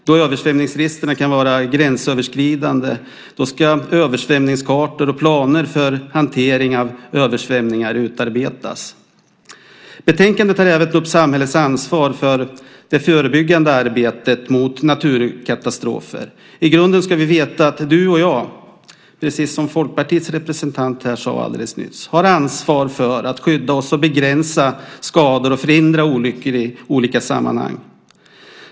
Då översvämningsriskerna kan vara gränsöverskridande ska översvämningskartor och planer för hantering av översvämningar utarbetas. Betänkandet tar även upp samhällets ansvar för det förebyggande arbetet mot naturkatastrofer. I grunden ska vi veta att du och jag, precis som Folkpartiets representant sade här alldeles nyss, har ansvar för att skydda oss, begränsa skador och förhindra olyckor i olika sammanhang.